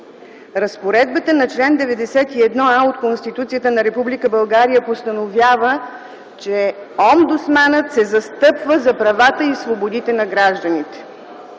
Разпоредбата на чл. 91а от Конституцията на Република България постановява, че омбудсманът се застъпва за правата и свободите на гражданите,